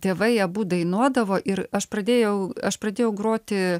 tėvai abu dainuodavo ir aš pradėjau aš pradėjau groti